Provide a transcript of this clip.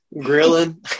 grilling